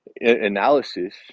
analysis